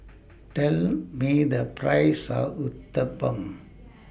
Tell Me The priceS of Uthapam